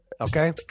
Okay